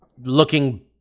looking